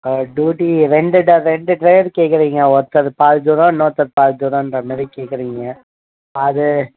duty ரெண்டு டா ரெண்டு ட்ரைவர் கேட்கறீங்க ஒருத்தர் பாதி தூரம் இன்னொருத்தர் பாதி தூரமென்ற மாரி கேட்கறீங்க அது